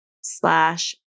slash